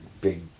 big